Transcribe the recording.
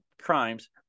crimes